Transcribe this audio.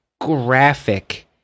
graphic